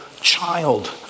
Child